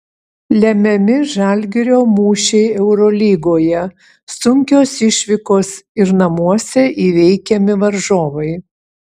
lemiami žalgirio mūšiai eurolygoje sunkios išvykos ir namuose įveikiami varžovai